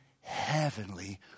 heavenly